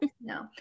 No